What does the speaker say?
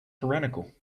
tyrannical